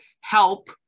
help